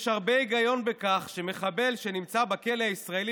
יש הרבה היגיון בכך שמחבל שנמצא בכלא הישראלי